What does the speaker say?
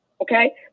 okay